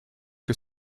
que